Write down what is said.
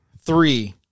three